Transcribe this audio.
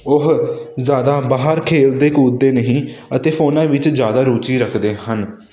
ਉਹ ਜ਼ਿਆਦਾ ਬਾਹਰ ਖੇਡਦੇ ਕੁੱਦਦੇ ਨਹੀਂ ਅਤੇ ਫੋਨਾਂ ਵਿੱਚ ਜ਼ਿਆਦਾ ਰੁਚੀ ਰੱਖਦੇ ਹਨ